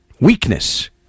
weakness